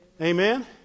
Amen